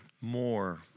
more